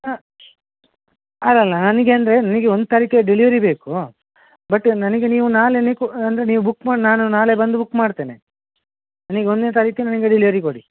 ಹಾಂ ಅಲ್ಲ ಅಲ್ಲ ನನಗೆ ಅಂದರೆ ನನಗೆ ಒಂದು ತಾರೀಕಿಗೆ ಡೆಲಿವರಿ ಬೇಕು ಬಟ್ ನನಗೆ ನೀವು ನಾಳೆನೆ ಕೊ ಅಂದರೆ ನೀವು ಬುಕ್ ಮಾಡಿ ನಾನು ನಾಳೆ ಬಂದು ಬುಕ್ ಮಾಡ್ತೇನೆ ನನಗೆ ಒಂದನೇ ತಾರೀಖಿಗೆ ನನಗೆ ಡೆಲಿವರಿ ಕೊಡಿ